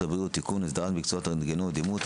הבריאות (תיקון - הסדרת מקצוע הרנטגנאות והדימות),